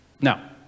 now